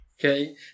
Okay